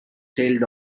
tailed